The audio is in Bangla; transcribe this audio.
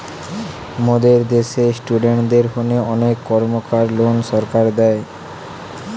মোদের দ্যাশে ইস্টুডেন্টদের হোনে অনেক কর্মকার লোন সরকার দেয়